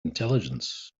intelligence